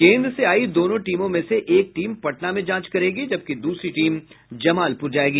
केंद्र से आयी दोनों टीमों में से एक टीम पटना में जांच करेगी जबकि दूसरी टीम जमालपुर जायेगी